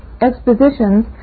expositions